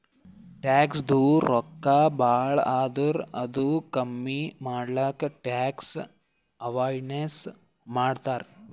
ಟ್ಯಾಕ್ಸದು ರೊಕ್ಕಾ ಭಾಳ ಆದುರ್ ಅದು ಕಮ್ಮಿ ಮಾಡ್ಲಕ್ ಟ್ಯಾಕ್ಸ್ ಅವೈಡನ್ಸ್ ಮಾಡ್ತಾರ್